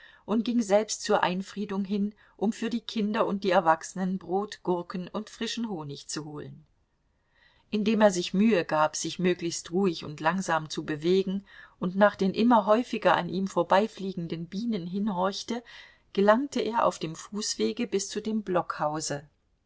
und ging selbst zur einfriedigung hin um für die kinder und die erwachsenen brot gurken und frischen honig zu holen indem er sich mühe gab sich möglichst ruhig und langsam zu bewegen und nach den immer häufiger an ihm vorbeifliegenden bienen hinhorchte gelangte er auf dem fußwege bis zu dem